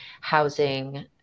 housing